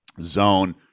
zone